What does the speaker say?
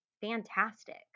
fantastic